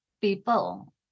people